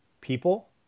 people